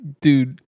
dude